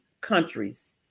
countries